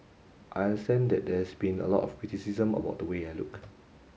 I understand that there's been a lot of criticism about the way I look